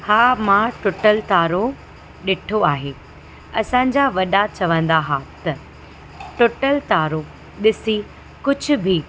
हा मां टुटल तारो ॾिठो आहे असांजा वॾा चवंदा हुआ त टुटल तारो ॾिसी कुझ बि